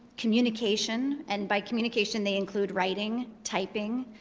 communication and by communication, they include writing, typing,